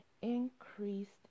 increased